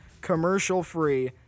commercial-free